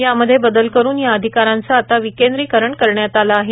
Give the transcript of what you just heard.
यामध्ये बदल करून या अधिकारांचे आता विकेंद्रीकरण करण्यात आले आहे